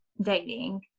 dating